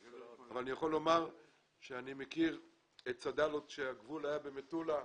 אבל אני יכול לומר שאני מכיר את צד"ל עוד כשהגבול היה במטולה,